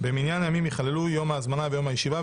(במניין הימים ייכללו יום ההזמנה ויום הישיבה,